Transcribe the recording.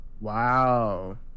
wow